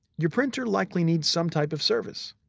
your printer likely needs some type of service.